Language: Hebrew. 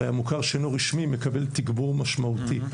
המוכר הלא רשמי מקבל תגבור משמעותי.